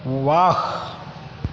ವಾಹ್